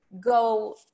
go